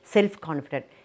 Self-confident